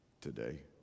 today